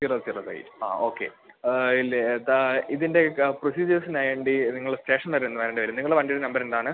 zero zero eight ആ okay അതിലേതാണ് ഇതിൻ്റെയൊക്കെ പ്രൊസീജ്യേസിനുവേണ്ടി നിങ്ങള് സ്റ്റേഷൻ വരെയൊന്ന് വരേണ്ടിവരും നിങ്ങളുടെ വണ്ടിയുടെ നമ്പരെന്താണ്